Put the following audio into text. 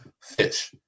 fish